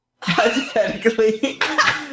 Hypothetically